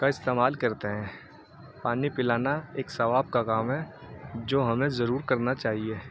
کا استعمال کرتے ہیں پانی پلانا ایک ثواب کا کام ہے جو ہمیں ضرور کرنا چاہیے